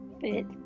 fit